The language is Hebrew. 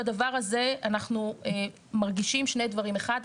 בדבר הזה אנחנו מרגישים שני דברים: אחד,